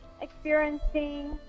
experiencing